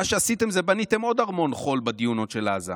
מה שעשיתם זה שבניתם עוד ארמון חול בדיונות של עזה.